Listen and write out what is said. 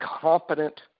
competent